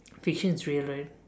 fiction is real right